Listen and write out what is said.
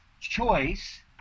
choice